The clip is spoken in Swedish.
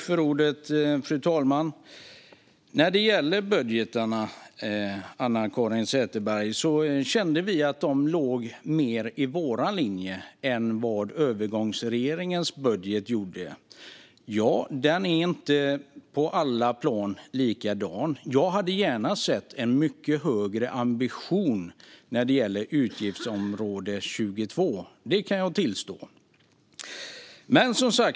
Fru talman! När det gäller budgeterna, Anna-Caren Sätherberg, kände vi att de mer låg i vår linje än vad övergångsregeringens budget gjorde. Ja, den är inte på alla plan likadan. Jag hade gärna sett en mycket högre ambition när det gäller utgiftsområde 22. Det kan jag tillstå.